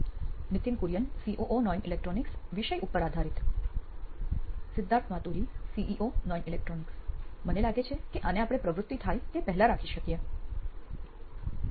Nithin Kurian COO નોઇન electronics વિષય ઉપર આધારિત સિદ્ધાર્થ માતુરી સીઇઓ નોઇન ઇલેક્ટ્રોનિક્સ મને લાગે છે કે આને આપણે પ્રવૃત્તિ થાય તે પહેલા રાખી શકીએ છીએ